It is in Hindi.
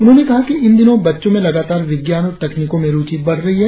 उन्होंने कहा कि इन दिनों बच्चों में लगातार विज्ञान और तकनिकों में रुची बढ़ रही है